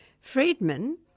Friedman